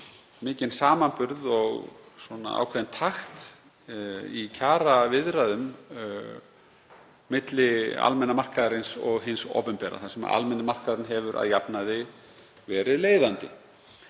mikinn samanburð og svona ákveðinn takt í kjaraviðræðum milli almenna markaðarins og hins opinbera þar sem almenni markaðurinn hefur að jafnaði verið leiðandi.